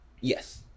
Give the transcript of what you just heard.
yes